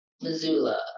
Missoula